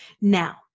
Now